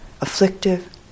afflictive